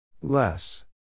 Less